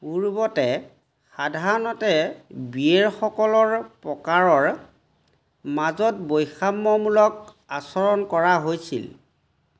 পূৰ্ৱতে সাধাৰণতে বিয়েৰসকলৰ প্ৰকাৰৰ মাজত বৈষম্যমূলক আচৰণ কৰা হৈছিল